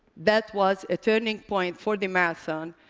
that was a turning point for the marathon,